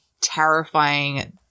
terrifying